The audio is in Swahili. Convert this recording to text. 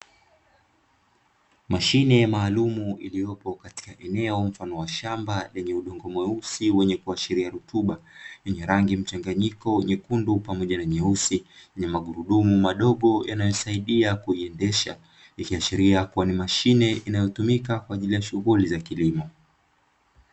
Mashine maalumu iliyopo katika eneo mfano wa shamba lenye udongo mweusi wenye kuashiria rotuba, yenye rangi mchanganyiko nyekundu pamoja na nyeusi yenye magurudumu madogo yanayoisaidia kuiendesha. Ikiashiria kuwa ni mashine inayotumika kwa ajili ya shughuli za kilmo.